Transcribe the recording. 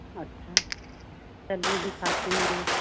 अच्छा चलिये दिखाती हूँ मैं